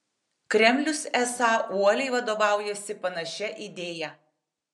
kremlius esą uoliai vadovaujasi panašia idėja